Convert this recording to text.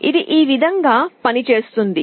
ఇది ఈ విధం గా పనిచేస్తుంది